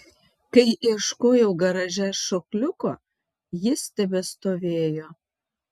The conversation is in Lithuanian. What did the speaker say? kai ieškojau garaže šokliuko jis tebestovėjo